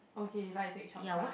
okay you like to take shortcut